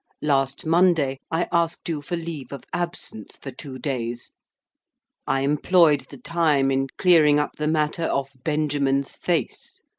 last monday, i asked you for leave of absence for two days i employed the time in clearing up the matter of benjamin's face.